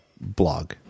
blog